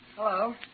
Hello